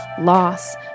loss